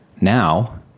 now